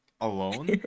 alone